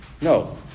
No